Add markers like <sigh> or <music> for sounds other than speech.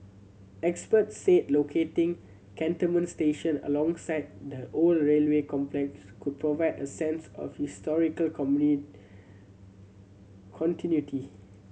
experts said locating Cantonment station alongside the old railway complex could provide a sense of historical <unintelligible> continuity